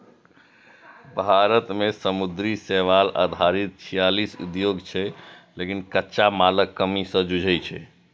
भारत मे समुद्री शैवाल आधारित छियालीस उद्योग छै, लेकिन कच्चा मालक कमी सं जूझै छै